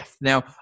Now